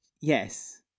Yes